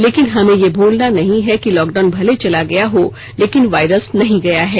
लेकिन हमें ये भूलना नहीं है कि लॉकडाउन भले चला गया हो वायरस नहीं गया है